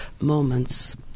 moments